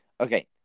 okay